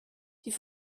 die